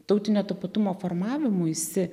tautinio tapatumo formavimuisi